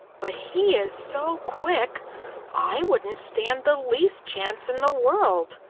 but he is so quick i wouldn't stand the least chance in the world.